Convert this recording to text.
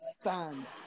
stand